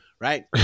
Right